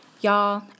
Y'all